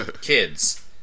kids